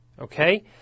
okay